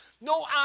No